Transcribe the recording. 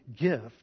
gift